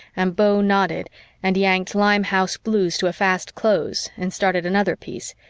and beau nodded and yanked limehouse blues to a fast close and started another piece,